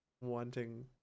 wanting